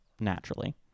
naturally